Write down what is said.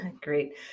Great